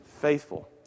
faithful